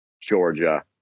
Georgia